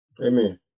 Amen